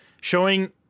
showing